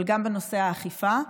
אבל גם בנושא האכיפה,